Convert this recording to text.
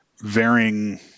varying